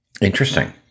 interesting